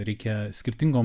reikia skirtingom